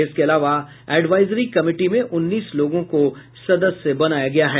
इसके अलावा advisory committee में उन्नीस लोगों को सदस्य बनाया गया है